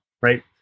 right